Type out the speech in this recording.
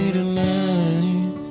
tonight